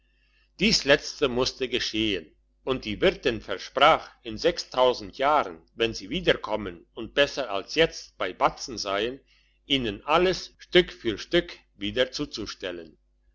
dies letzte musste geschehen und die wirtin versprach in sechstausend jahren wenn sie wieder kommen und besser als jetzt bei batzen seien ihnen alles stück für stück wieder zuzustellen